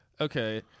okay